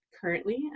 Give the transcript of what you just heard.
currently